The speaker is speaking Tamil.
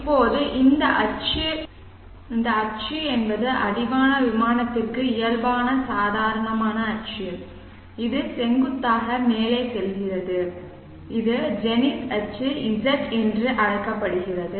இப்போது இந்த அச்சு என்பது அடிவான விமானத்திற்கு இயல்பான சாதாரண அச்சு இது செங்குத்தாக மேலே செல்கிறது இது ஜெனித் அச்சு Z என்று அழைக்கப்படுகிறது